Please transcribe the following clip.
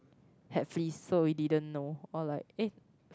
had fleas so we didn't know or like eh